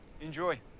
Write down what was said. Enjoy